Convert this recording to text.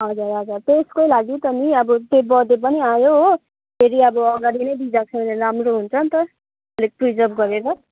हजुर हजुर त्यसकै लागि नि अब बर्थडे पनि आयो फेरि अब अगाडि नै भिजाएको छ भने राम्रो हुन्छ नि त प्रिजर्भ गरेर